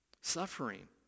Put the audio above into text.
suffering